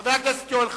חבר הכנסת יואל חסון.